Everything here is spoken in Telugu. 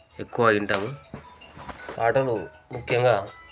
ఎక్కువ వింటాము పాటలు ముఖ్యంగా